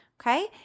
Okay